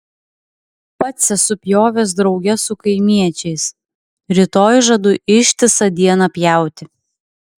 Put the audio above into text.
pats esu pjovęs drauge su kaimiečiais rytoj žadu ištisą dieną pjauti